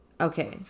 Okay